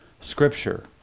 Scripture